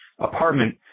apartment